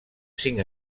cinc